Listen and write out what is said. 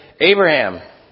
Abraham